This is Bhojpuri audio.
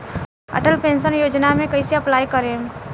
अटल पेंशन योजना मे कैसे अप्लाई करेम?